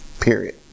Period